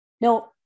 No